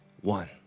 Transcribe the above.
one